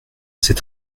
c’est